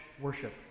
worship